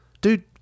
Dude